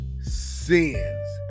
sins